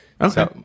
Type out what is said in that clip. Okay